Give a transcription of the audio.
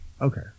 Okay